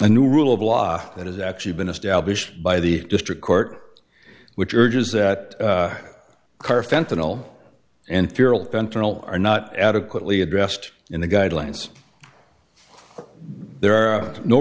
a new rule of law that has actually been established by the district court which urges that car fentanyl and fentanyl are not adequately addressed in the guidelines there are no